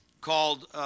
called